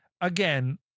again